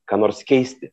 ką nors keisti